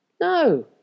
No